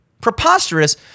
preposterous